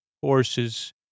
horses